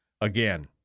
Again